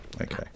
okay